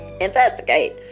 investigate